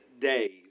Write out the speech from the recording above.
days